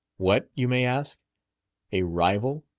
what you may ask a rival,